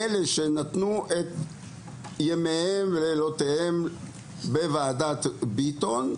אלה שנתנו את ימיהם ואת לילותיהם בוועדת ביטון,